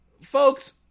folks